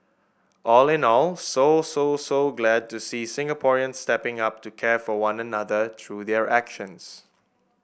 all in all so so so glad to see Singaporeans stepping up to care for one another through their actions